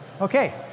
Okay